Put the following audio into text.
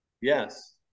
Yes